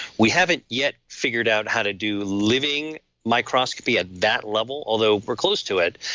we haven't yet figured out how to do living microscopy at that level, although we're close to it.